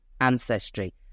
ancestry